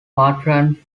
patron